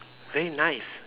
very nice